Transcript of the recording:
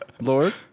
Lord